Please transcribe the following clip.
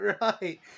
right